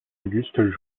auguste